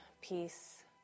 peace